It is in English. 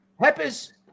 Peppers